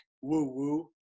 woo-woo